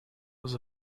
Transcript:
was